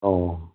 অঁ